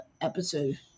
episode